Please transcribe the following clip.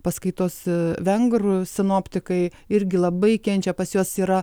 paskaitos vengrų sinoptikai irgi labai kenčia pas juos yra